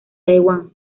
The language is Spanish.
taiwán